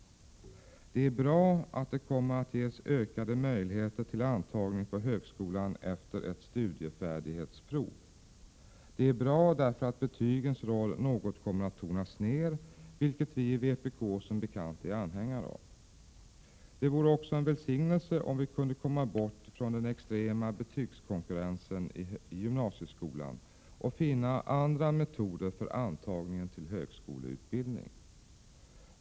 Det är bra att ökade möjligheter till antagning till högskolan efter avlagt studiefärdighetsprov kommer att ges. Betygens roll kommer därmed något att tonas ned, vilket vi i vpk som bekant är anhängare av. Det vore också en välsignelse om vi kunde komma ifrån den extrema 13 Prot. 1987/88:130 betygskonkurrensen i gymnasieskolan och i stället finna andra metoder för antagningen till högskoleutbildning.